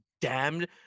damned